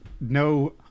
no